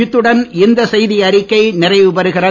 இத்துடன் இந்த செய்தியறிக்கை நிறைவுபெறுகிறது